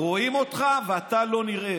רואים אותך ואתה לא נראה,